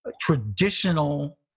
traditional